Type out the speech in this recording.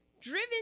driven